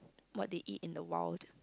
what they eat in the wild